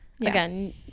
again